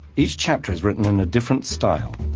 each chapter is written in a different style.